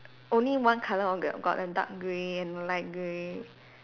only one colour on the got a dark grey and light grey